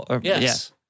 Yes